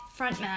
frontman